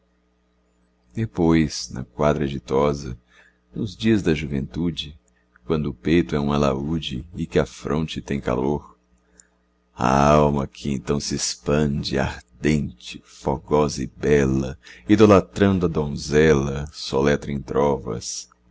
depois na quadra ditosa nos dias da juventude quando o peito é um alaúde e que a fronte tem calor a alma que então se expande ardente fogosa e bela idolatrando a donzela soletra em trovas